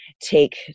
take